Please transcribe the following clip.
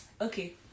Okay